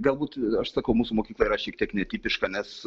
galbūt aš sakau mūsų mokykla yra šiek tiek netipiška nes